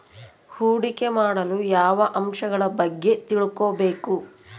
ಹೂಡಿಕೆ ಮಾಡಲು ಯಾವ ಅಂಶಗಳ ಬಗ್ಗೆ ತಿಳ್ಕೊಬೇಕು?